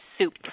soup